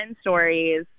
stories